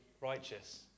righteous